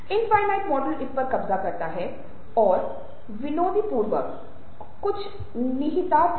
infinite model इस पर कब्जा करता है और इस विनोदी पूर्वकHumorously के कुछ निहितार्थ हैं